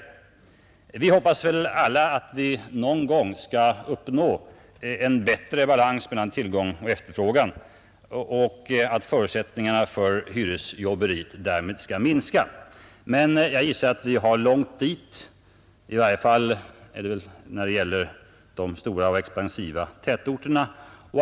Vi hoppas väl alla att vi någon gång skall uppnå en bättre balans mellan tillgång och efterfrågan och att förutsättningarna för hyresjobberi därmed skall minska. Men jag gissar att vi har långt dit, i varje fall när det gäller de stora och expansiva tätorterna.